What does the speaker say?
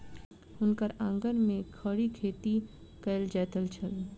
हुनकर आंगन में खड़ी खेती कएल जाइत छल